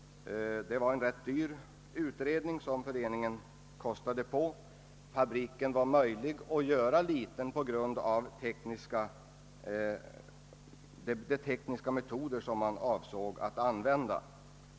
Det var en ganska stor utredning som föreningen kostade på. Fabriken kunde göras liten genom de tekniska metoder som man avsåg att använda.